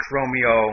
Romeo